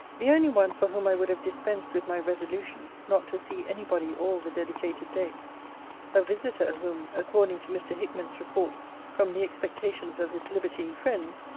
the only one for whom i would have dispensed with my resolution not to see any body all the dedicated day a visiter, whom, according to mr. hickman's report from the expectations of his libertine friends,